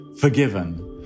forgiven